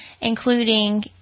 including